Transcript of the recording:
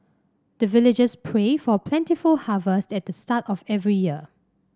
the villagers pray for plentiful harvest at the start of every year